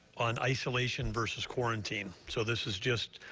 on isolation versus quarantine, so this is just